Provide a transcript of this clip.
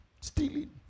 Stealing